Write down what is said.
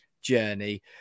journey